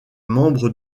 membre